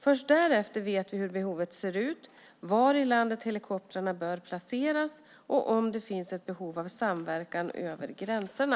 Först därefter vet vi hur behovet ser ut, var i landet helikoptrarna bör placeras och om det finns ett behov av samverkan över gränserna.